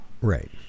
Right